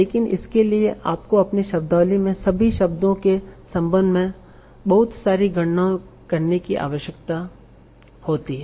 लेकिन इसके लिए आपको अपनी शब्दावली में सभी शब्दों के संबंध में बहुत सारी गणनाएँ करने की आवश्यकता होती है